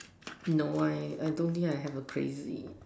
no I I don't think I have a crazy